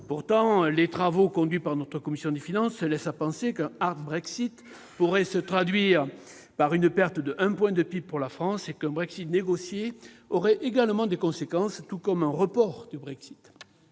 Pourtant, les travaux conduits par notre commission des finances laissent à penser qu'un « hardBrexit » pourrait se traduire par une perte de 1 point de PIB pour la France, et qu'un Brexit négocié aurait également des conséquences, tout comme un report du Brexit.